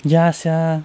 ya sia